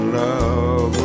love